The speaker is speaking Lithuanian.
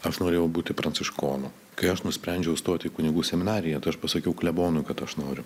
aš norėjau būti pranciškonu kai aš nusprendžiau stoti į kunigų seminariją tai aš pasakiau klebonui kad aš noriu